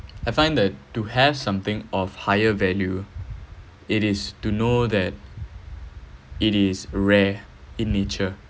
I find that to have something of higher value it is to know that it is rare in nature